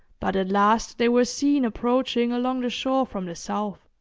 but at last they were seen approaching along the shore from the south.